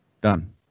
Done